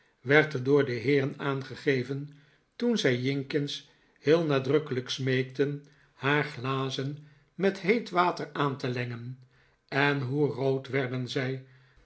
werd er door de heeren aangeheven toen zij jinkins heel nadrukkelijk smeekten haar glazen met heet water aan te lengen en hoe rood werden zij